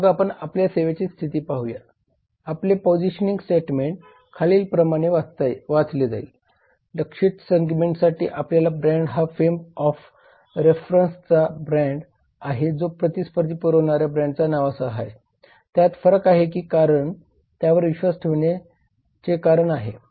मग आपण आपल्या सेवेच्या स्थितीत येऊया आपले पोजिशनिंग स्टेटमेंट खालील प्रमाणे वाचले जाईल लक्ष्यित सेगमेंटसाठी आपला ब्रँड हा फ्रेम ऑफ रेफरन्सचा ब्रँड आहे जो प्रतिस्पर्धी पुरवणाऱ्या ब्रँडच्या नावासह आहे त्यात फरक आहे कारण त्यावर विश्वास ठेवण्याचे कारण आहे